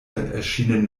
erschienen